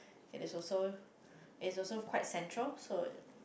it is also it is also quite central so